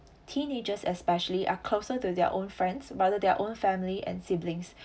teenagers especially are closer to their own friends rather their own family and siblings